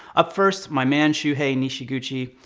up first, my man shuhei nishiguchi.